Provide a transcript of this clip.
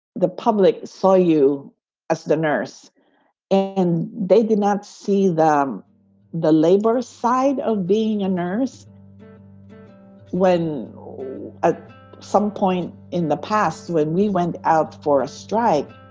the public saw you as the nurse and they did not see the labor side of being a nurse when at some point in the past when we went out for a strike,